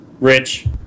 Rich